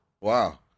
Wow